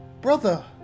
Brother